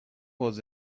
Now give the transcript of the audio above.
was